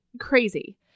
crazy